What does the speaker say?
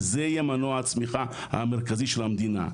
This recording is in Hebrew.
וזה יהיה מנוע הצמיחה המרכזי של המדינה.